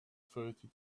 thirty